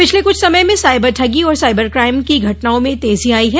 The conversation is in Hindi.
पिछले कुछ समय में साइबर ठगी और साइबर क्राइम की घटनाओं में तेजी आई है